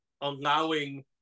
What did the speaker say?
allowing